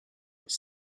with